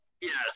Yes